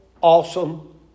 awesome